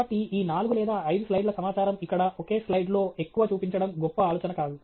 కాబట్టి ఈ నాలుగు లేదా ఐదు స్లైడ్ ల సమాచారం ఇక్కడ ఒకే స్లయిడ్లో ఎక్కువ చూపించడం గొప్ప ఆలోచన కాదు